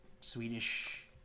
Swedish-